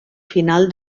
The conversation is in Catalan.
final